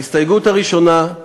ההסתייגות הראשונה,